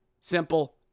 Simple